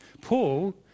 Paul